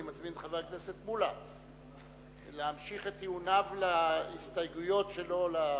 אני מזמין את חבר הכנסת מולה להמשיך את טיעוניו להסתייגויות שלו.